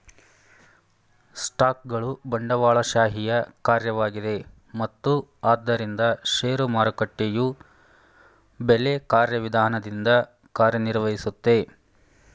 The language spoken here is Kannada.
ಸ್ಟಾಕ್ಗಳು ಬಂಡವಾಳಶಾಹಿಯ ಕಾರ್ಯವಾಗಿದೆ ಮತ್ತು ಆದ್ದರಿಂದ ಷೇರು ಮಾರುಕಟ್ಟೆಯು ಬೆಲೆ ಕಾರ್ಯವಿಧಾನದಿಂದ ಕಾರ್ಯನಿರ್ವಹಿಸುತ್ತೆ